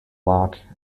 lock